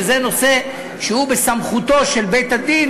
שזה נושא שהוא בסמכותו של בית-הדין,